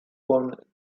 one